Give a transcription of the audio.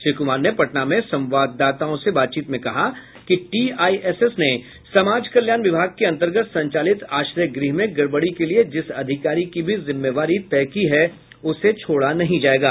श्री कुमार ने पटना में संवाददाताओं से बातचीत में कहा कि टीआईएसएस ने समाज कल्याण विभाग के अंतर्गत संचालित आश्रय गृह में गड़बड़ी के लिये जिस अधिकारी की भी जिम्मेवारी तय की है उसे छोड़ा नहीं जायेगा